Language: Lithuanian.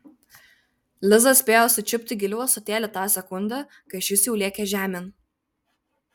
liza spėjo sučiupti gėlių ąsotėlį tą sekundę kai šis jau lėkė žemėn